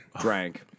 Drank